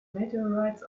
meteorites